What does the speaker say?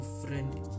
friend